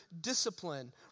discipline